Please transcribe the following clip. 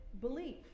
belief